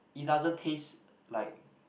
it doesn't taste like